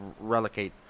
relocate